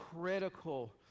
critical